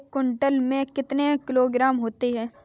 एक क्विंटल में कितने किलोग्राम होते हैं?